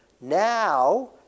Now